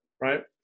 Right